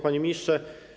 Panie Ministrze!